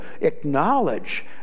acknowledge